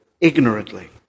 ignorantly